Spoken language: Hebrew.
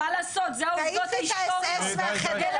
מה לעשות, זה העובדות ההיסטוריות.